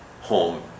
home